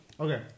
Okay